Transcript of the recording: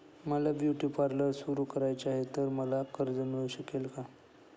मला beauty parlour सुरू करायचे आहे तर मला कर्ज मिळू शकेल का?